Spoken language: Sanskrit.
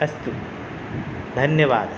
अस्तु धन्यवादः